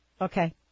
Okay